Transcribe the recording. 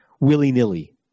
willy-nilly